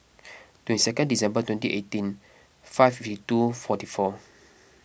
twenty second December twenty eighteen five fifty two forty four